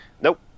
Nope